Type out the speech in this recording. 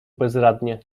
bezradnie